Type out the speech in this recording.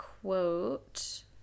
quote